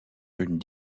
une